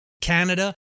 Canada